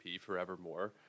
forevermore